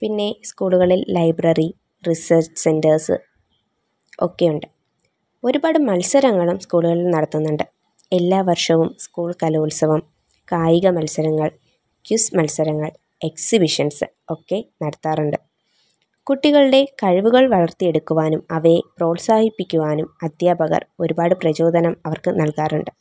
പിന്നെ സ്കൂളുകളിൽ library research centres ഒക്കെയുണ്ട് ഒരുപാട് മത്സരങ്ങളും സ്കൂളുകളിൽ നടത്തുന്നുണ്ട് എല്ലാ വർഷവും സ്കൂൾ കലോത്സവം കായിക മത്സരങ്ങൾ ക്വിസ് മത്സരങ്ങൾ എക്സിബിഷൻസ് ഒക്കെ നടത്താറുണ്ട് കുട്ടികളുടെ കഴിവുകൾ വളർത്തിയെടുക്കുവാനും അവയെ പ്രോത്സാഹിപ്പിക്കുവാനും അധ്യാപകർ ഒരുപാട് പ്രചോദനം അവർക്ക് നൽകാറുണ്ട്